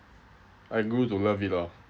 I grew to love it lah